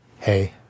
Hey